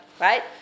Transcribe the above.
Right